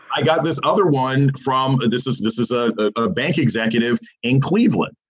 i got this other one from this is this is a ah bank executive in cleveland.